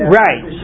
right